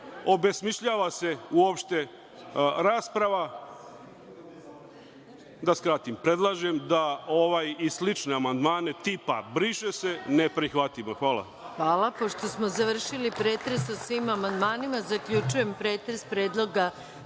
Obesmišljava se uopšte rasprava. Da skratim, predlažem da ovaj i slične amandmane, tipa – briše se, ne prihvatimo. Hvala vam. **Maja Gojković** Hvala. Pošto smo završili pretres o svim amandmanima, zaključujem pretres Predloga